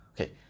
Okay